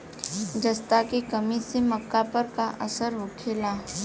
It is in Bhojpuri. जस्ता के कमी से मक्का पर का असर होखेला?